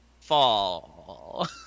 fall